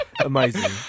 Amazing